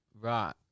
Right